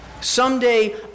Someday